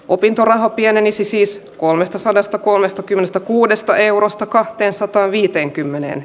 opintoraha pienenisi siis kolmestasadasta kuudestakymmenestäkuudesta eurosta kahteensataanviiteenkymmeneen